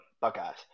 Buckeyes